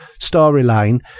storyline